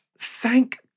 Thank